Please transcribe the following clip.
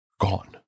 gone